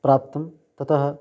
प्राप्तं ततः